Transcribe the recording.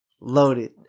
Loaded